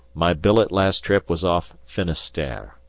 my billet last trip was off finisterre.